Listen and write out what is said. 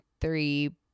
three